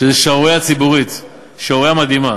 שזה שערורייה ציבורית, שערורייה מדהימה.